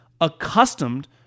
accustomed